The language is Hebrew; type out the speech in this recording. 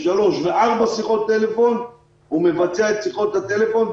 שלוש או ארבע שיחות טלפון הוא מבצע את שיחות הטלפון.